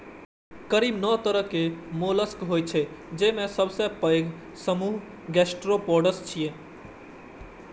करीब नौ तरहक मोलस्क होइ छै, जेमे सबसं पैघ समूह गैस्ट्रोपोड्स छियै